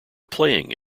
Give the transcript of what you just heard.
playing